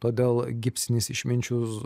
todėl gipsinis išminčius